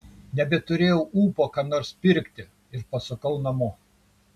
nebeturėjau ūpo ką nors pirkti ir pasukau namo